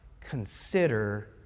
consider